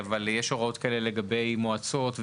אלא לגבי מועצות,